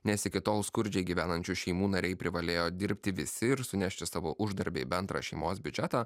nes iki tol skurdžiai gyvenančių šeimų nariai privalėjo dirbti visi ir sunešti savo uždarbį į bendrą šeimos biudžetą